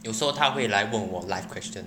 有时候他会来问我 life question